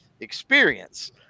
experience